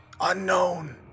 Unknown